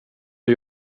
och